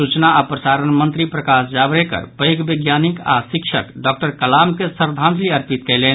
सूचना आओर प्रसारण मंत्री प्रकाश जावड़ेकर पैघ वैज्ञानिक आओर शिक्षक डॉक्टर कलाम के श्रद्धाजंलि अर्पित कयलनि